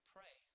Pray